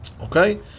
Okay